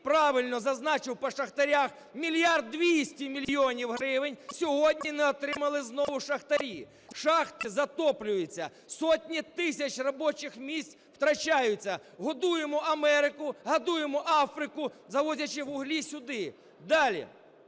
правильно зазначив по шахтарях, 1 мільярд 200 мільйонів гривень сьогодні не отримали знову шахтарі. Шахти затоплюються, сотні тисяч робочих місць втрачаються, годуємо Америку, годуємо Африку, заводячи вуглі сюди. Далі.